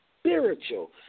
spiritual